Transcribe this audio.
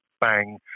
bang